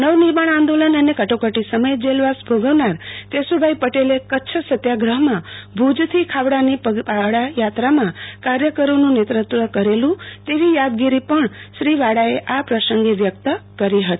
નવ નિર્માણ આંદોલન અને કટોકટી સમયે જેલવાસ ભોગવનાર કેશુભાઈ પટેલે કચ્છ સત્યાગ્રહ માં ભુજ થી ખાવડા ની પગપાળા યાત્રા માં કાર્યકરો નું નેતૃત્વ કરેલું તેવી યાદગીરી પણ શ્રી વાળા એ આ પ્રસંગે વ્યકત કરી હતી